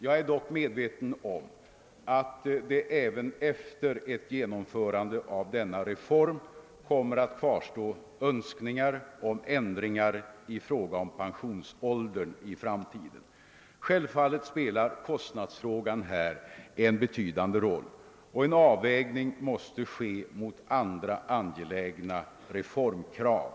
Jag är dock medveten om att det även efter ett genomförande av denna reform kommer att kvarstå önskningar om ändringar i fråga om pensionsåldern i framtiden. Självfallet spelar kostnaderna här en betydande roll, och en avvägning måste göras mot andra angelägna reformkrav.